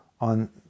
on